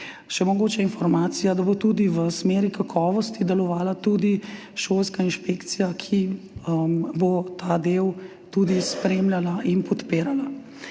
Mogoče še informacija, da bo v smeri kakovosti delovala tudi šolska inšpekcija, ki bo ta del spremljala in podpirala.